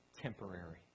temporary